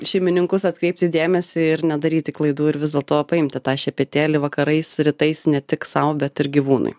šeimininkus atkreipti dėmesį ir nedaryti klaidų ir vis dėlto paimti tą šepetėlį vakarais rytais ne tik sau bet ir gyvūnui